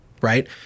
right